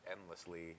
endlessly